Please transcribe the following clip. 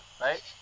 right